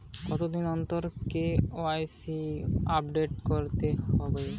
কতদিন অন্তর KYC update করতে হবে?